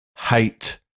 Hate